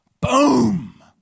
Boom